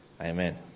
Amen